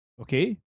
Okay